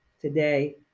today